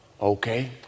Okay